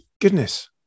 goodness